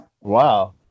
wow